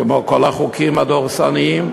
כמו כל החוקים הדורסניים,